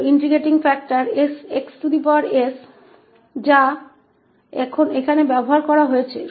तो यह integrating factor xs है जिसका उपयोग यहां किया गया है